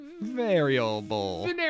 variable